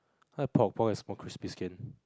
I like pork pork has more crispy skin